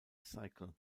cycle